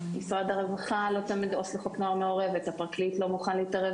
משרד הרווחה לא תמיד עו"ס לחוק נוער מעורבת; הפרקליט לא מוכן להתערב